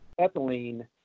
ethylene